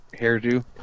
hairdo